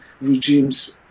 regimes